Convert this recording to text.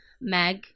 Meg